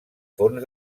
fons